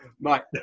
Mike